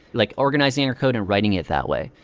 like organizing our code and writing it that way?